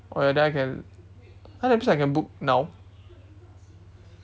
oh ya then I can !huh! that means I can book now